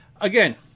Again